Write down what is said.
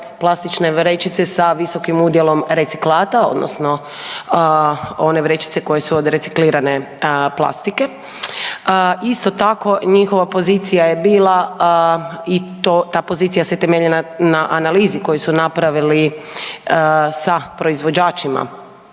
plastične vrećice sa visokim udjelom reciklata odnosno one vrećice koje su od reciklirane plastike. Isto tako njihova pozicija je bila i ta pozicija se temelji na analizi koju su napravili sa proizvođačima